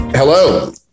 Hello